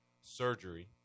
surgery